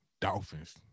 Dolphins